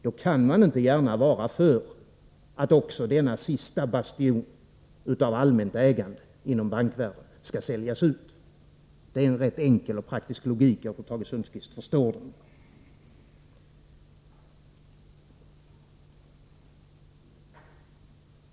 Då kan man inte gärna vara för att också denna sista bastion av allmänt ägande inom bankvärlden skall säljas ut. Det är en rätt enkel och praktisk logik. Jag tror att Tage Sundkvist förstår den.